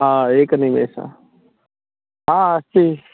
हा एकः निमेषः हा अस्ति